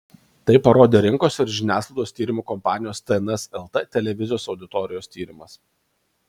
tai parodė rinkos ir žiniasklaidos tyrimų kompanijos tns lt televizijos auditorijos tyrimas